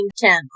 channel